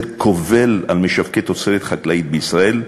כובל על משווקי תוצרת חקלאית בישראל,